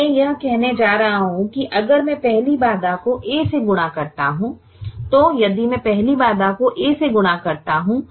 अब मैं यह कहने जा रहा हूं कि अगर मैं पहली बाधा को a से गुणा करता हूं तो यदि मैं पहली बाधा को a से गुणा करता हूं